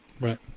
Right